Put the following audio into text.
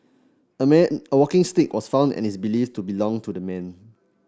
a man a walking stick was found and is believed to belong to the man